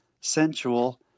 sensual